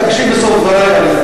תקשיב לסוף דברי.